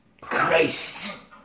Christ